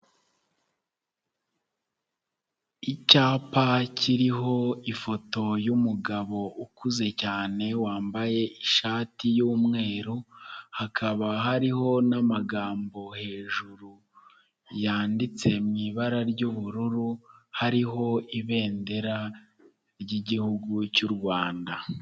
Icyapa kiriho ifoto y'umugabo ukuze cyane wambaye ishati y'umweru, hakaba hariho n'amagambo hejuru yanditse mu ibara ry'ubururu, hariho ibendera ry'Igihugu cy'u Rwanda.